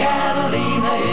Catalina